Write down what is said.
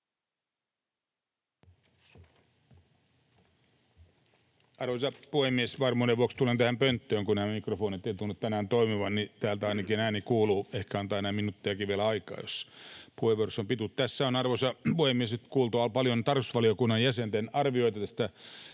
Arvoisa puhemies! Varmuuden vuoksi tulen tähän pönttöön. Kun nämä mikrofonit eivät tunnu tänään toimivan, niin täältä ainakin ääni kuuluu. Ehkä antaa minuuttejakin vielä aikaa, jos puheenvuorossa on pituutta. Tässä on, arvoisa puhemies, nyt kuultu paljon tarkastusvaliokunnan jäsenten arvioita